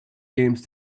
games